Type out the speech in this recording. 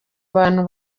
bantu